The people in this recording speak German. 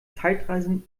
zeitreisen